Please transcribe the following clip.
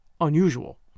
unusual